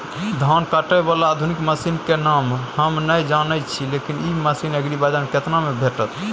धान काटय बाला आधुनिक मसीन के नाम हम नय जानय छी, लेकिन इ मसीन एग्रीबाजार में केतना में भेटत?